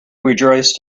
rejoiced